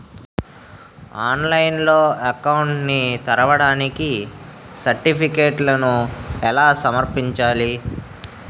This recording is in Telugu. ఆన్లైన్లో అకౌంట్ ని తెరవడానికి సర్టిఫికెట్లను ఎలా సమర్పించాలి?